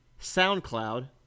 SoundCloud